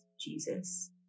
Jesus